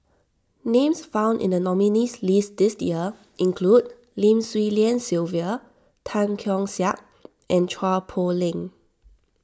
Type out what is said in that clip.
names found in the nominees' list this year include Lim Swee Lian Sylvia Tan Keong Saik and Chua Poh Leng